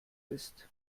ist